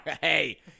Hey